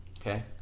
Okay